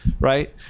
right